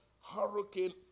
Hurricane